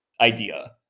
idea